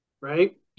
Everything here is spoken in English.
right